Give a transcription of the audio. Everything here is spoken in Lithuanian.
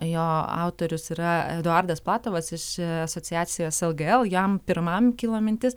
jo autorius yra eduardas platovas iš asociacijos lgl jam pirmam kilo mintis